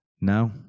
no